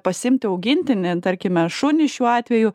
pasiimti augintinį tarkime šunį šiuo atveju